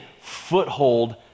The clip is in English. foothold